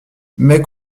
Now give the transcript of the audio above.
mais